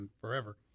forever